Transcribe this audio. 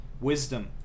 wisdom